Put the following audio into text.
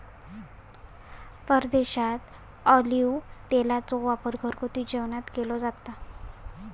परदेशात ऑलिव्ह तेलाचो वापर घरगुती जेवणात केलो जाता